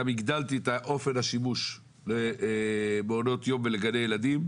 גם הגדלתי את אופן השימוש למעונות יום ולגני ילדים,